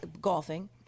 golfing